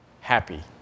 Happy